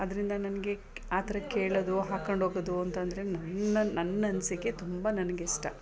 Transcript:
ಅದರಿಂದ ನನಗೆ ಆ ಥರ ಕೇಳೋದು ಹಾಕ್ಕಂಡ್ಹೋಗೋದು ಅಂತಂದರೆ ನನ್ನ ನನ್ನ ಅನಿಸಿಕೆ ತುಂಬ ನನಗಿಷ್ಟ